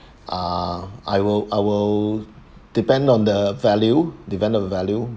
uh I will I will depend on the value depend on the value